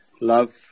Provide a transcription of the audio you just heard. love